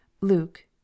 luke